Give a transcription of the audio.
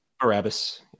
Barabbas